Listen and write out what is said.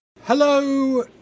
Hello